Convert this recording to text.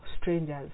strangers